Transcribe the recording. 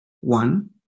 one